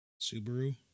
Subaru